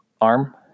arm